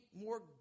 more